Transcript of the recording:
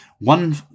one